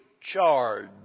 charge